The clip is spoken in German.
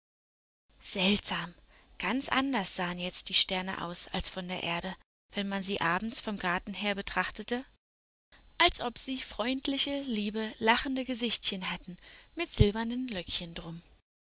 seltsam ganz anders sahen jetzt die sterne aus als von der erde wenn man sie abends vom garten her betrachtete als ob sie freundliche liebe lachende gesichtchen hätten mit silbernen löckchen drum